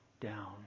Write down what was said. down